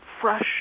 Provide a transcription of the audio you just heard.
fresh